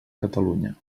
catalunya